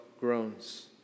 groans